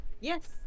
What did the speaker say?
Yes